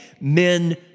Men